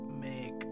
make